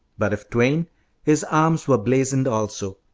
but if twain his arms were blazoned also,